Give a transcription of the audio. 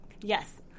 Yes